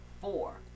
four